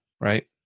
right